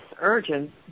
urgent